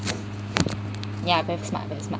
yeah very smart very smart